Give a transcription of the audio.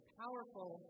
powerful